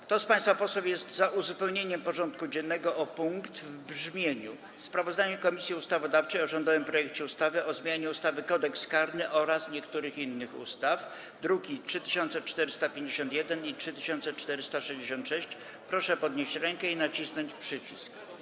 Kto z państwa posłów jest za uzupełnieniem porządku dziennego o punkt w brzmieniu: Sprawozdanie Komisji Ustawodawczej o rządowym projekcie ustawy o zmianie ustawy Kodeks karny oraz niektórych innych ustaw, druki nr 3451 i 3466, proszę podnieść rękę i nacisnąć przycisk.